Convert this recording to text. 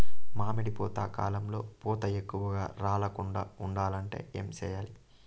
మామిడి పూత కాలంలో పూత ఎక్కువగా రాలకుండా ఉండాలంటే ఏమి చెయ్యాలి?